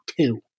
two